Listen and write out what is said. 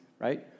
right